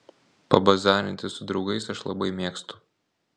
pabazarinti su draugais aš labai mėgstu